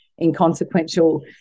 inconsequential